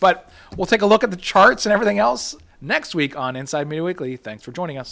but well take a look at the charts and everything else next week on inside me weekly thanks for joining u